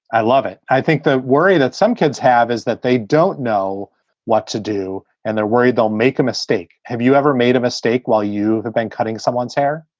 i love it. i think that worry that some kids have is that they don't know what to do and they're worried they'll make a mistake. have you ever made a mistake while you have been cutting someone's hair?